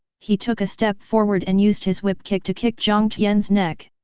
he took a step forward and used his whip kick to kick jiang tian's neck.